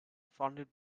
funded